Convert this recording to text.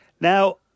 Now